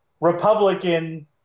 republican